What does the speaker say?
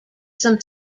some